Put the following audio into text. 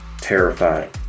terrified